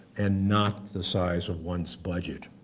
and not the size of one's budget,